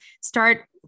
start